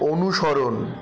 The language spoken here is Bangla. অনুসরণ